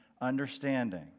understanding